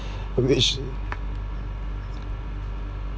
which